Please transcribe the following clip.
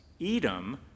Edom